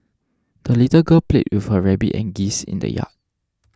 the little girl played with her rabbit and geese in the yard